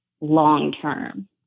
long-term